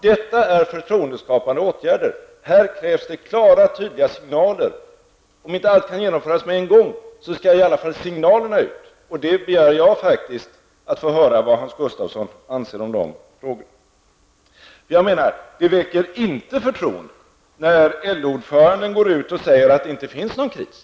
Detta är förtroendeskapande åtgärder. Här krävs det klara, tydliga signaler. Om inte allt kan genomföras på en gång, så skall i alla fall signalerna ut. Jag begär faktiskt att få höra vad Hans Gustafsson anser om de frågorna. Det väcker inte förtroende, menar jag, när LO ordföranden går ut och säger att det inte finns någon kris.